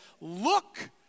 Look